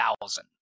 thousand